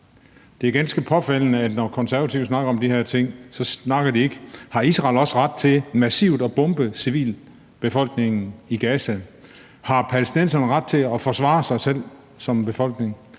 Det er ganske påfaldende, at når Konservative snakker om de her ting, snakker de ikke om, om Israel også har ret til massivt at bombe civilbefolkningen i Gaza og om, om palæstinenserne har ret til at forsvare sig selv som befolkning,